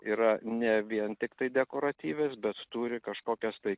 yra ne vien tiktai dekoratyvios bet turi kažkokias tai